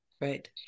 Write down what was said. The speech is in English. Right